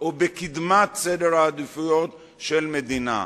או בקדמת סדר העדיפויות של המדינה,